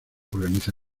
organiza